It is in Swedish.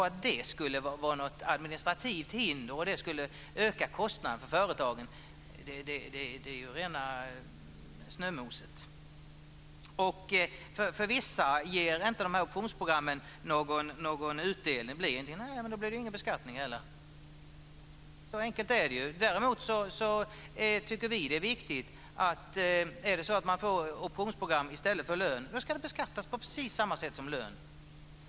Att det skulle vara ett administrativt hinder och skulle öka kostnaderna för företagen är rena snömoset. För vissa ger inte optionsprogrammen någon utdelning. Nej, men då blir det inte någon beskattning heller. Så enkelt är det. Däremot tycker vi att det är viktigt att om man får optionsprogram i stället för lön ska det beskattas på precis samma sätt som lön.